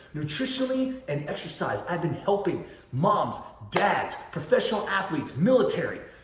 nutritionally and exercise, i've been helping moms, dads, professional athletes, military,